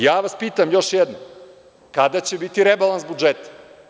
Ja vas pitam još jednom, kada će biti rebalans budžeta?